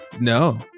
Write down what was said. No